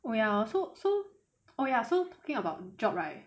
oh ya so so oh ya so talking about job right